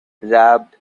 wrapped